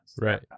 Right